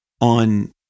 on